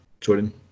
jordan